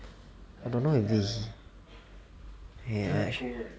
I don't know if this I I